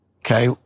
Okay